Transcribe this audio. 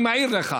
אין לזה שום הגדרה.